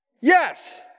Yes